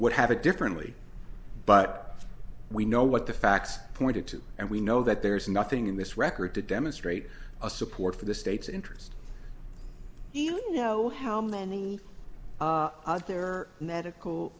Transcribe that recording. would have it differently but we know what the facts pointed to and we know that there is nothing in this record to demonstrate a support for the state's interest even you know how many there are medical